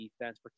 defense